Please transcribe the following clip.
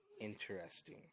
interesting